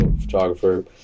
photographer